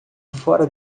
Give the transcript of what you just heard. fora